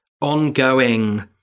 ongoing